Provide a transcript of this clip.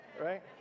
right